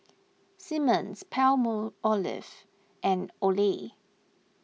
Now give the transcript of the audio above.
Simmons Palmolive and Olay